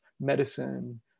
medicine